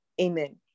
amen